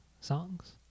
songs